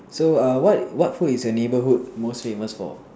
so err what what food is your neighborhood most famous for